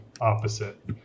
opposite